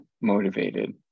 motivated